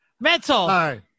Mental